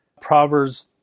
Proverbs